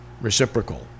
reciprocal